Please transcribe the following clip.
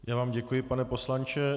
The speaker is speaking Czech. Já vám děkuji, pane poslanče.